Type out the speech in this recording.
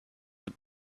have